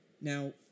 Now